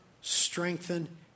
strengthen